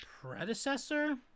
predecessor